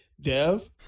Dev